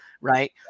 right